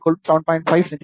5 செ